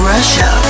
Russia